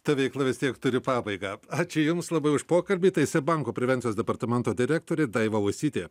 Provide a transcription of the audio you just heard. ta veikla vis tiek turi pabaigą ačiū jums labai už pokalbį tai seb banko prevencijos departamento direktorė daiva uosytė